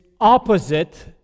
opposite